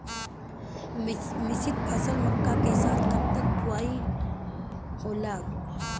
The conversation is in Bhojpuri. मिश्रित फसल मक्का के साथ कब तक बुआई होला?